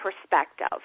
perspective